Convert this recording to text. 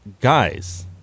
guys